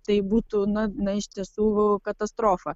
tai būtų na na iš tiesų katastrofa